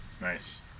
Nice